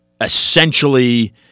essentially